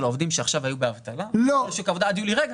של העובדים שעכשיו היו באבטלה עד יולי.